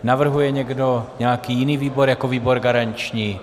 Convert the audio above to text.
Navrhuje někdo nějaký jiný výbor jako výbor garanční?